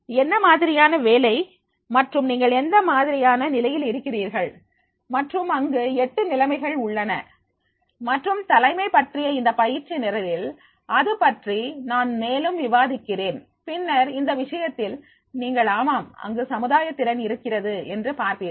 என்ன மாதிரியான வேலை மற்றும் நீங்கள் எந்த வகையான நிலையில் இருக்கிறீர்கள் மற்றும் அங்கு 8 நிலைமைகள் உள்ளன மற்றும் தலைமை பற்றிய இந்த பயிற்சி நிரலில் அதுபற்றி நான் மேலும் விவாதிக்கிறேன் பின்னர் இந்த விஷயத்தில் நீங்கள் ஆமாம் அங்கு சமுதாய திறன் இருக்கிறது என்று பார்ப்பீர்கள்